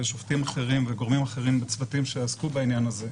ושופטים אחרים וגורמים אחרים וצוותים שעסקו בעניין הזה,